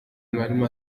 mwarimu